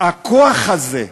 הכוח הזה,